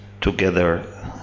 together